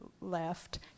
left